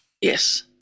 Yes